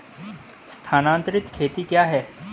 स्थानांतरित खेती क्या है?